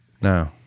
no